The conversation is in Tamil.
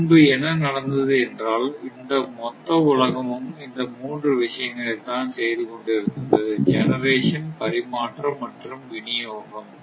முன்பு என்ன நடந்தது என்றால் இந்த மொத்த உலகமும் எந்த 3 விஷயங்களைத்தான் செய்துகொண்டிருந்தது ஜெனரேஷன் பரிமாற்றம் மற்றும் விநியோகம்